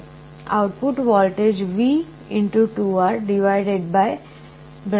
output voltage V